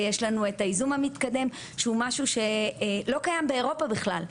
ויש לנו את הייזום המתקדם שהוא משהו שלא קיים באירופה בכלל.